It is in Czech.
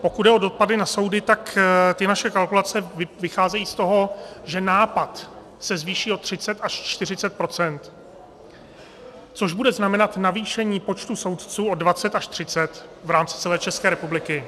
Pokud jde o dopady na soudy, tak ty naše kalkulace vycházejí z toho, že nápad se zvýší o 30 až 40 %, což bude znamenat navýšení počtu soudců o 20 až 30 v rámci celé České republiky.